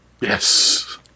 Yes